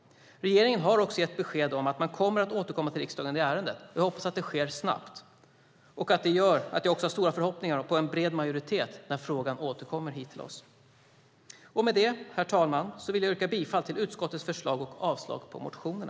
Regeringen har också gett besked om att man kommer att återkomma till riksdagen i ärendet. Jag hoppas att det sker snabbt, och jag har stora förhoppningar på en bred majoritet när frågan återkommer hit till oss. Med det, herr talman, vill jag yrka bifall till utskottets förslag och avslag på motionerna.